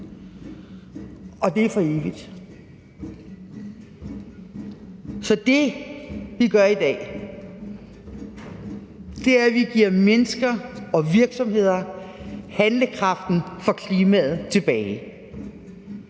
og det er for evigt. Så det, vi gør i dag, er, at vi giver mennesker og virksomheder handlekraften for klimaet tilbage.